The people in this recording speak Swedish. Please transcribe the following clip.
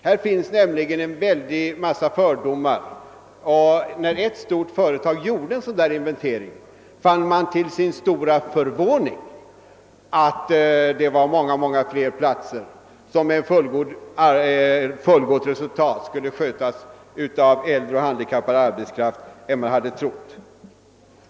Härvidlag finns nämligen en väldig massa fördomar. När ett stort företag gjorde en sådan där inventering fann man till sin stora förvåning, att många fler arbeten skulle kunna skötas av äldre och handikappad arbetskraft med fullgott resultat än man hade trott.